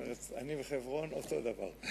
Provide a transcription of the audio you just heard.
אני וחברון אותו הדבר.